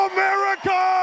America